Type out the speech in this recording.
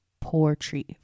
Poetry